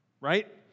right